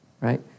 right